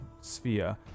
Sphere